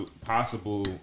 possible